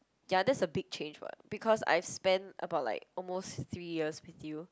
ya that's a big change [what] because I've spent about like almost three years with you